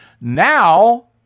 Now